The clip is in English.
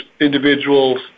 individuals